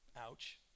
Ouch